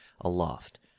aloft